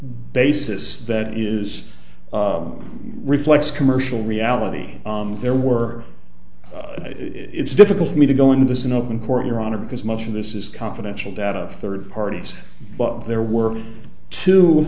basis that is reflects commercial reality there were it's difficult for me to go into this in open court your honor because most of this is confidential data of third parties but there were two